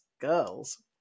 girls